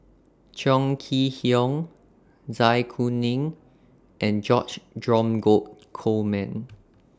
Chong Kee Hiong Zai Kuning and George Dromgold Coleman